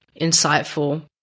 insightful